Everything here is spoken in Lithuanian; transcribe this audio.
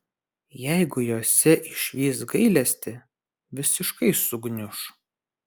jeigu jose išvys gailestį visiškai sugniuš